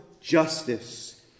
justice